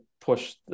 push